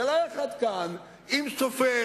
גלאי אחד כאן, עם סופר,